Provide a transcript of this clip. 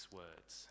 words